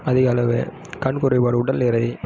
அதிகளவு கண் குறைபாடு உடல் எடை